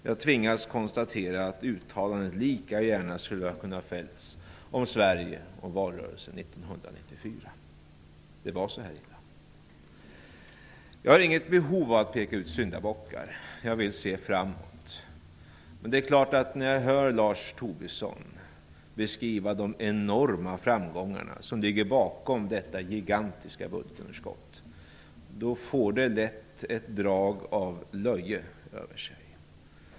Jag tvingas konstatera att uttalandet lika gärna skulle kunna ha fällts om Sverige och valrörelsen 1994. Det var så illa. Jag har inget behov av att peka ut syndabockar. Jag vill se framåt. Men det är klart att när jag hör Lars Tobisson beskriva de enorma framgångarna som ligger bakom detta gigantiska budgetunderskott får det lätt ett drag av löje över sig.